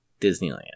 Disneyland